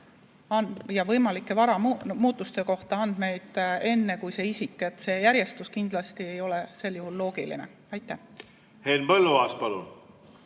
ja võimalike vara muutuste kohta andmeid enne, kui isik ise. See järjestus kindlasti ei ole loogiline. Aitäh!